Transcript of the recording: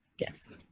Yes